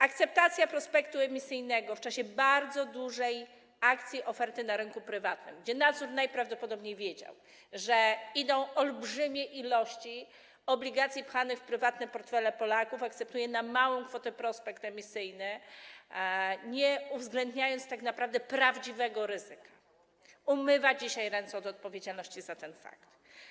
Akceptacja prospektu emisyjnego w czasie bardzo dużej akcji, oferty na rynku prywatnym, gdzie nadzór najprawdopodobniej wiedział, że idą olbrzymie ilości obligacji pchanych w prywatne portfele Polaków, akceptuje na małą kwotę prospekt emisyjny, nie uwzględniając tak naprawdę prawdziwego ryzyka, umywa dzisiaj ręce od odpowiedzialności za ten fakt.